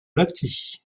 lahti